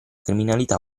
criminalità